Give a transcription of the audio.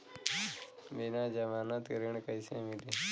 बिना जमानत के ऋण कईसे मिली?